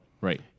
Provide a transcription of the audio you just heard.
right